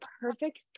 perfect